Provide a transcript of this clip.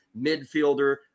midfielder